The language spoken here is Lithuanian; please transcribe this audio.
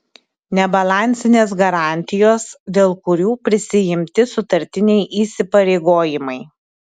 nebalansinės garantijos dėl kurių prisiimti sutartiniai įsipareigojimai